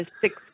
six